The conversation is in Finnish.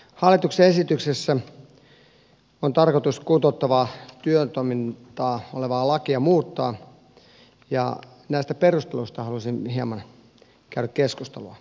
hallituksen esityksessä on tarkoitus muuttaa kuntouttavaa työtoimintaa koskevaa lakia ja näistä perusteluista haluaisin hieman käydä keskustelua